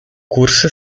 curso